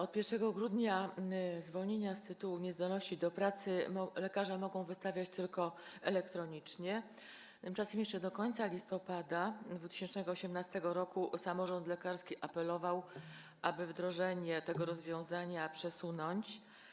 Od 1 grudnia zwolnienie z tytułu niezdolności do pracy lekarze mogą wystawiać tylko elektronicznie, tymczasem jeszcze do końca listopada 2018 r. samorząd lekarski apelował, aby wdrożenie tego rozwiązania przesunąć.